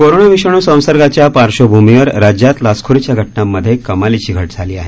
कोरोनाविषाणू संसर्गाच्या पार्श्वभूमीवर राज्यात लाचखोरीच्या घटनांमध्ये कमालीची घट झाली आहे